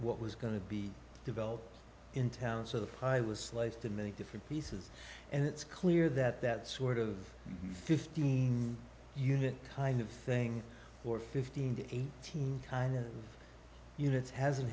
what was going to be developed in town so the pie was sliced in many different pieces and it's clear that that sort of fifteen unit kind of thing for fifteen to eighteen kind of units hasn't